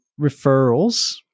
referrals